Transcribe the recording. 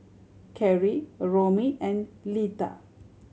Kerry Romie and Litha